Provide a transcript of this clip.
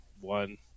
one